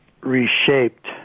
reshaped